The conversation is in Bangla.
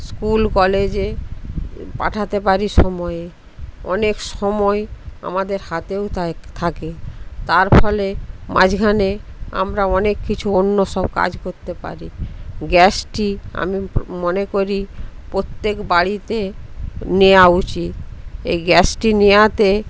স্কুল কলেজে পাঠাতে পারি সময়ে অনেক সময় আমাদের হাতেও থাকে তার ফলে মাঝখানে আমরা অনেক কিছু অন্য সব কাজ করতে পারি গ্যাসটি আমি মনে করি প্রত্যেক বাড়িতে নেওয়া উচিত এই গ্যাসটি নেওয়াতে